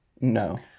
No